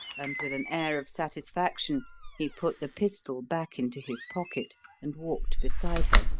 and with an air of satisfaction he put the pistol back into his pocket and walked beside her.